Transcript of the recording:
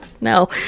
No